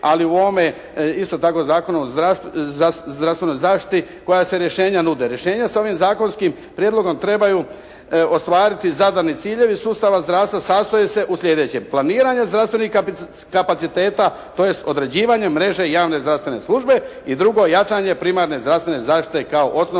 ali u ovome isto tako Zakonu o zdravstvenoj zaštiti koja se rješenja nude? Rješenja se ovim zakonskim prijedlogom trebaju ostvariti zadani ciljevi sustava zdravstva sastoje se u sljedećem: planiranje zdravstvenih kapaciteta tj. određivanje mreže javne zdravstvene službe i drugo, jačanje primarne zdravstvene zaštite kao osnovnog